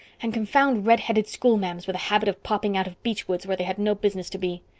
and confound redheaded school-ma'ams with a habit of popping out of beechwoods where they had no business to be.